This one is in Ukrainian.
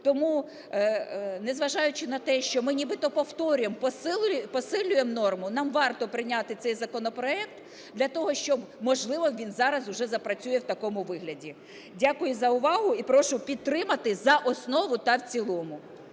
Тому не зважаючи на те, що ми нібито повторюємо, посилюємо норму, нам варто прийняти цей законопроект для того, що, можливо, він зараз уже запрацює в такому вигляді. Дякую за увагу і прошу підтримати за основу та в цілому.